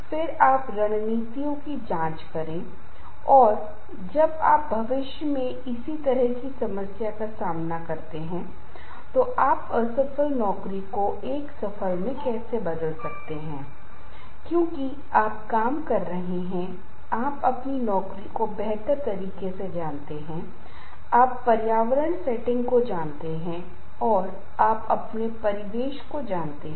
प्रतिक्रिया और यह समस्या को संभालने के लिए या तो आप स्थिति से निपटने के लिए अपनी भावनाओं को संशोधित करते हैं या आप तनाव को कम करने के लिए समस्या से सीधे निपटते हैं और जिसे समस्या केंद्रित मुकाबला कहा जाता है जहां आप इस तरह की समस्या को नियंत्रित करने के लिए एक तरह का सक्रिय कदम उठाते हैं या समस्या को इस तरह से संशोधित करना ताकि वह तनाव को कम कर दे वरना आप तनाव से निपटने के लिए खुद को बदल लेंगे